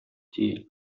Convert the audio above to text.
die